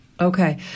Okay